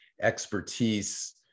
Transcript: expertise